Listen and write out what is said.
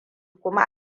kuma